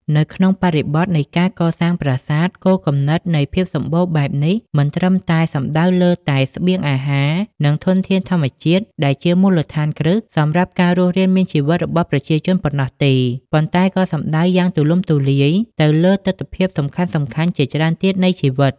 នៅក្នុងបរិបទនៃការកសាងប្រាសាទ គោលគំនិតនៃ ភាពសម្បូរបែប នេះមិនត្រឹមតែសំដៅលើតែ ស្បៀងអាហារ និងធនធានធម្មជាតិ ដែលជាមូលដ្ឋានគ្រឹះសម្រាប់ការរស់រានមានជីវិតរបស់ប្រជាជនប៉ុណ្ណោះទេ ប៉ុន្តែក៏សំដៅយ៉ាងទូលំទូលាយទៅលើទិដ្ឋភាពសំខាន់ៗជាច្រើនទៀតនៃជីវិត។